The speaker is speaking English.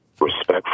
respectful